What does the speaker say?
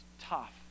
tough